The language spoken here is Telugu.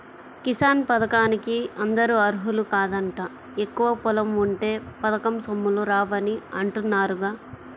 కిసాన్ పథకానికి అందరూ అర్హులు కాదంట, ఎక్కువ పొలం ఉంటే పథకం సొమ్ములు రావని అంటున్నారుగా